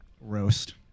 roast